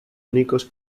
únicos